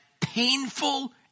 painful